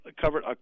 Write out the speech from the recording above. covered